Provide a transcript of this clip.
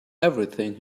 everything